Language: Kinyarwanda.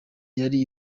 yari